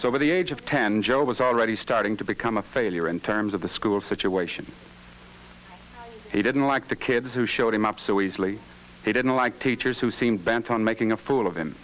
yes over the age of ten joe was already starting to become a failure in terms of the school situation he didn't like the kids who showed him up so easily he didn't like teachers who seemed bent on making a fool of